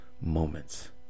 moments